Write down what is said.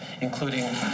including